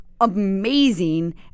amazing